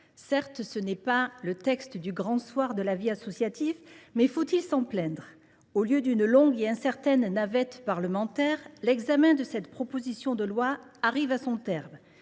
Certes, ce texte n’est pas celui du « grand soir » de la vie associative, mais faut il s’en plaindre ? Au lieu d’une longue et incertaine navette parlementaire, l’examen de cette proposition de loi arrive à son terme.